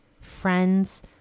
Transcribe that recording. friends